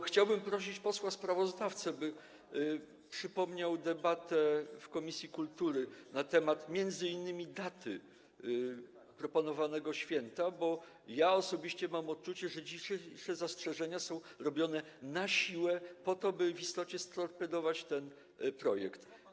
Chciałbym prosić posła sprawozdawcę, by przypomniał debatę w komisji kultury na temat m.in. daty proponowanego święta, bo ja osobiście mam odczucie, że dzisiejsze zastrzeżenia są zgłaszane na siłę, po to, by w istocie storpedować ten projekt.